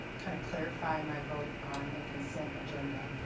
kind of clarify my vote on the consent agenda.